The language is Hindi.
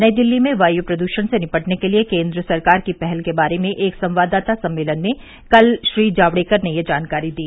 नई दिल्ली में वायु प्रदृषण से निपटने के लिए केंद्र सरकार की पहल के बारे में एक संवाददाता सम्मेलन में कल श्री जावडेकर ने यह जानकारी दी